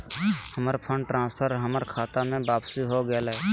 हमर fund transfer हमर खता में वापसी हो गेलय